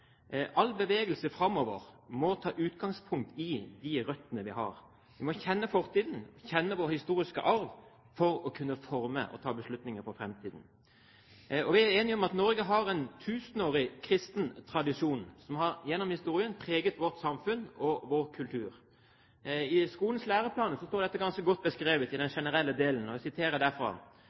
All bevegelse framover må ta utgangspunkt i de røttene vi har. Vi må kjenne fortiden og vår historiske arv for å kunne forme og ta beslutninger for framtiden. Vi er enige om at Norge har en tusenårig kristen tradisjon, som opp gjennom historien har preget vårt samfunn og vår kultur. I skolens læreplan står dette ganske godt beskrevet i den generelle delen: «Den kristne tro og